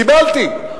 קיבלתי.